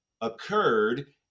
occurred